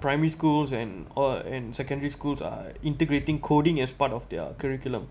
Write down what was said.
primary schools and or and secondary schools are integrating coding as part of their curriculum